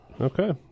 Okay